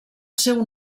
seu